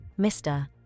Mr